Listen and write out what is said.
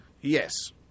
Yes